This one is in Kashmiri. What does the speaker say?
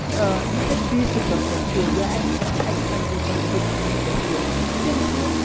یُس تَتہِ فی سٹرکچَر چھُ یا ایٚکِس ایٚکسپینسِز یِم سٹوڈنٹَس پیٚٹھ چھِ تِم چھِ